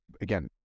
Again